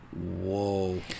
whoa